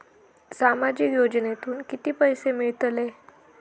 सामाजिक योजनेतून किती पैसे मिळतले?